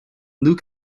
luke